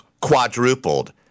quadrupled